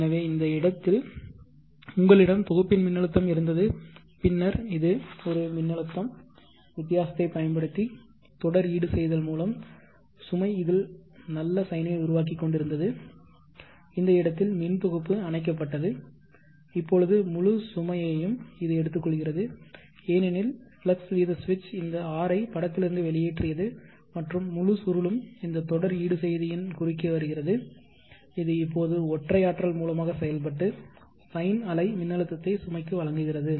எனவே இந்த இடத்தில் உங்களிடம் தொகுப்பின் மின்னழுத்தம் இருந்தது பின்னர் இது ஒரு மின்னழுத்தம் வித்தியாசத்தை பயன்படுத்தி தொடர் ஈடுசெய்தல் மூலம் சுமை இதில் நல்ல சைனை உருவாக்கிக்கொண்டிருந்தது இந்த இடத்தில் மின் தொகுப்பு அணைக்கப்பட்டது இப்போது முழு சுமையையும் இது எடுத்துக்கொள்கிறது ஏனெனில் ஃப்ளக்ஸ் வீத சுவிட்ச் இந்த R ஐ படத்திலிருந்து வெளியேற்றியது மற்றும் முழு சுருளும் இந்த தொடர் ஈடுசெய்தியின் குறுக்கே வருகிறது இது இப்போது ஒற்றை ஆற்றல் மூலமாக செயல்பட்டு சைன் அலை மின்னழுத்தத்தை சுமைக்கு வழங்குகிறது